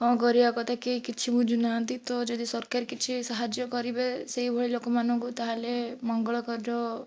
କ'ଣ କରିବା କଥା କିଏ କେହି ବୁଝୁନାହାଁନ୍ତି ତ ଯଦି ସରକାର କିଛି ସାହାଯ୍ୟ କରିବେ ସେଇଭଳି ଲୋକମାନଙ୍କୁ ତା'ହେଲେ ମଙ୍ଗଳ କର